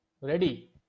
ready